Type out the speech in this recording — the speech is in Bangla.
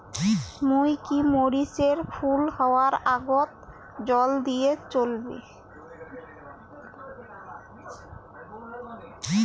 মুই কি মরিচ এর ফুল হাওয়ার আগত জল দিলে চলবে?